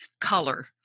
color